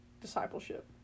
discipleship